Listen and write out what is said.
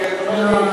אלא אם כן את אומרת לי,